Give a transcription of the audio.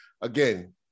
again